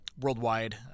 worldwide